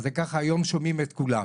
אז זה ככה היום שומעים את כולם.